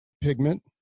pigment